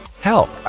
help